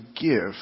give